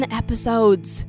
episodes